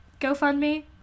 GoFundMe